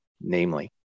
namely